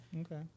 Okay